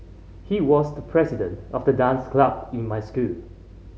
he was the president of the dance club in my school